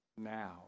now